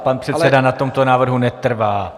Pan předseda na tomto návrhu netrvá.